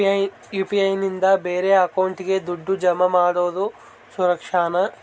UPI ನಿಂದ ಬೇರೆ ಅಕೌಂಟಿಗೆ ದುಡ್ಡು ಜಮಾ ಮಾಡೋದು ಸುರಕ್ಷಾನಾ?